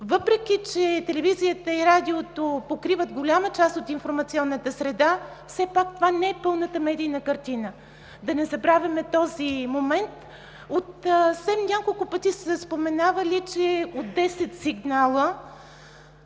въпреки че телевизията и радиото покриват голяма част от информационната среда, все пак това не е пълната медийна картина. Да не забравяме този момент. От СЕМ няколко пъти са споменавали, че от 10 сигнала,